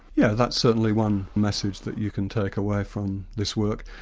yeah that's certainly one message that you can take away from this work.